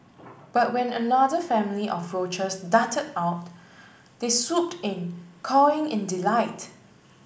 but when another family of roaches darted out they swooped in cawing in delight